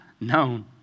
known